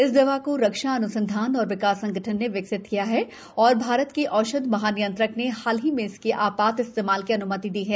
इस दवा को रक्षा अन्संधान और विकास संगठन ने विकसित किया है और भारत के औषध महानियंत्रक ने हाल ही में इसके आपात इस्तेमाल की अन्मति दी है